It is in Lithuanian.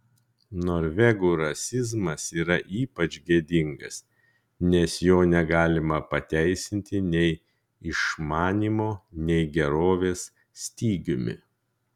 norvegų rasizmas yra ypač gėdingas nes jo negalima pateisinti nei išmanymo nei gerovės stygiumi